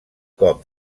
cop